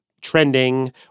trending